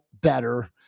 better